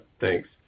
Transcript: Thanks